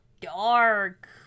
dark